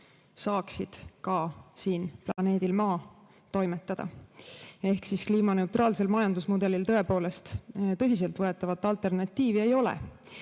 saaksid planeedil Maa toimetada. Kliimaneutraalsel majandusmudelil tõepoolest tõsiseltvõetavat alternatiivi ei ole.